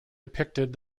depicted